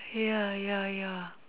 ya ya ya